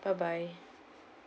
bye bye